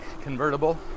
convertible